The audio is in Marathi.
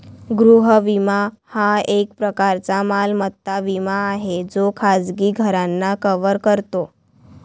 गृह विमा हा एक प्रकारचा मालमत्ता विमा आहे जो खाजगी घरांना कव्हर करतो